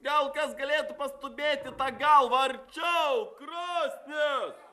gal kas galėtų pastūmėti tą galvą arčiau krosnies